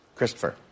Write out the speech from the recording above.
Christopher